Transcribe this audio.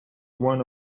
one